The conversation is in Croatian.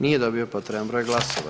Nije dobio potreban broj glasova.